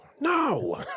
no